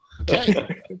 Okay